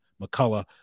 mccullough